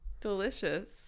Delicious